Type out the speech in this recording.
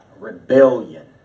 Rebellion